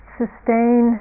sustain